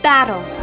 Battle